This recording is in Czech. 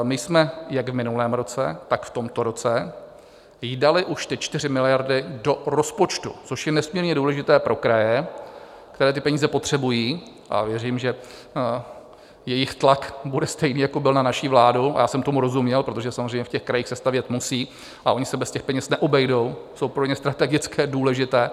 My jsme jak v minulém roce, tak v tomto roce dali už ty 4 miliardy do rozpočtu, což je nesmírně důležité pro kraje, které ty peníze potřebují, a já věřím, že jejich tlak bude stejný, jako byl na naši vládu, a já jsem tomu rozuměl, protože samozřejmě v těch krajích se stavět musí a oni se bez těch peněz neobejdou, jsou pro ně strategicky důležité.